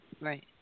Right